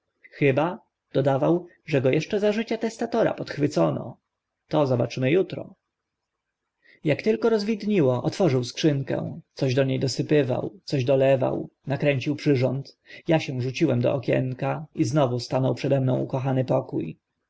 chyba dodawał że go eszcze za życia testatora podchwycono to zobaczymy utro jak tylko rozwidniało otworzył skrzynkę coś do nie dosypywał coś dolewał nakręcił przyrząd a się rzuciłem do okienka i znów stanął przede mną ukochany pokó